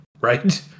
right